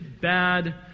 bad